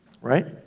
right